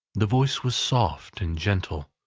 the voice was soft and gentle.